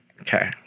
Okay